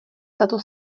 tato